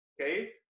Okay